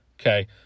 Okay